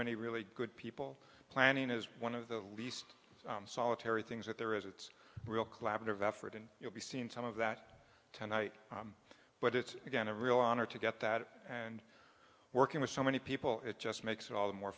many really good people planning is one of the least solitary things that there is it's real collaborative effort and you'll be seeing some of that tonight but it's again a real honor to get that and working with so many people it just makes it all the more